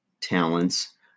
talents